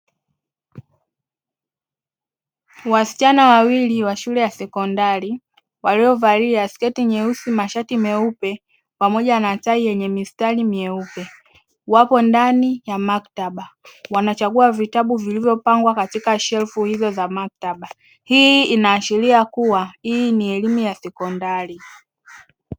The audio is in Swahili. wasichana wawili wa shule ya sekondari waliovalia sketi nyeusi mashati meupe pamoja na tai yenye mistari myeupe, wapo ndani ya maktaba wanachagua vitabu vilivyopangwa katika shelfu hizo za maktaba, hii inaashiria kua hii ni elimu ya sekondari.